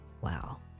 Wow